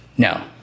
No